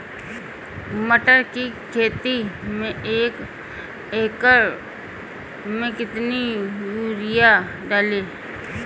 मटर की खेती में एक एकड़ में कितनी यूरिया डालें?